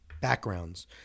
backgrounds